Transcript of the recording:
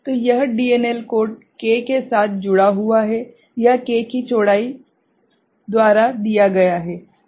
तो यह DNL code k के साथ जुड़ा हुआ है यह k की चौड़ाई द्वारा दिया गया है